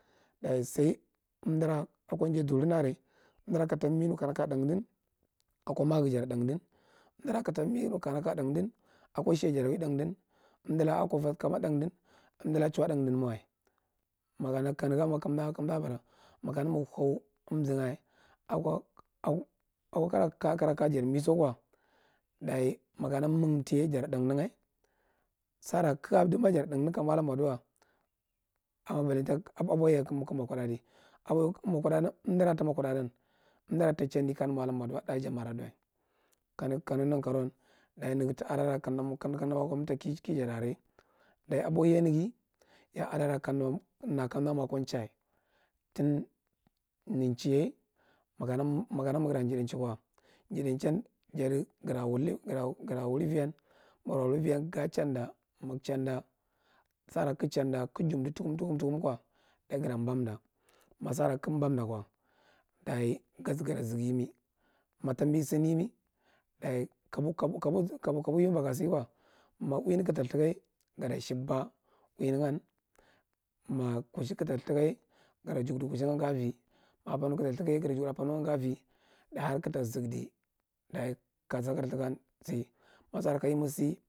Ɗaye sai undira akojayɗurin are umdira ka tanbi nukanaka thandin komagu jata thadin umdura katambi nukana jata thand uko sheya jata uwi thandin undilaka ako kama thandim umdilaka chawua thar wai kaneganma kamda bara mal a iyag hau nmzugah ako hau nmzugoh ako kko kure kagadi misoko ɗaye makama magutiye jata thandiye sara kagadi jata than u kaja moa ragu maduwa abobotiye kagu mokudthadi anoboliya undira tha amo kuddiyan umdira tachim dith kara mo maduwa dari thah janma aduwa kanegh nakarawa dari thah janma aduwa kanegh naka rouwan daye neghinera adara kandara tah abohiya neghi, adara kanda moa ko chaye thinner chaye maka magu kagadiye chay ko gata wuri iviyan magara wum iviya ga chaɗɗa, magu chaɗɗa sarakagu ehada kagu jumdin thukum, thukum thukum, ko daye guuta banal mafarakagu bans ko daye gata zikyem ma tambi sin si mmasakara kayemi.